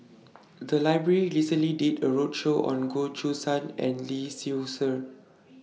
The Library recently did A roadshow on Goh Choo San and Lee Seow Ser